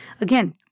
Again